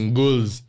goals